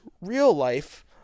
real-life